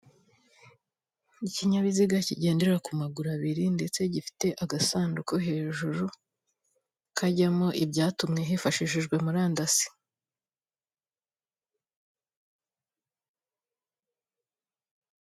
Ikinyabiziga kigendera ku maguru abiri ndetse gifite agasanduku hejuru kajyamo ibyatumwe hakoreshejwe murandasi.